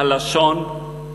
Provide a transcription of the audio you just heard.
הלשון,